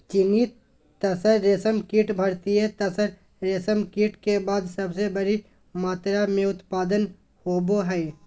चीनी तसर रेशमकीट भारतीय तसर रेशमकीट के बाद सबसे बड़ी मात्रा मे उत्पादन होबो हइ